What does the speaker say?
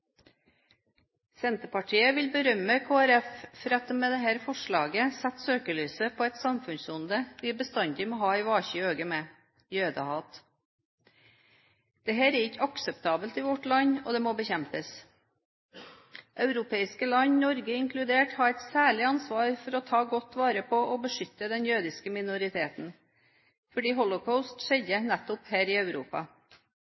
Senterpartiet vil berømme Kristelig Folkeparti for at de med dette forslaget setter søkelys på et samfunnsonde vi bestandig må ha et våkent øye med: jødehat. Dette er ikke akseptabelt i vårt land, og det må bekjempes. Europeiske land, Norge inkludert, har et særlig ansvar for å ta godt vare på og beskytte den jødiske minoriteten, fordi